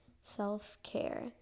self-care